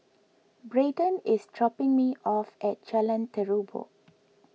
Braeden is dropping me off at Jalan Terubok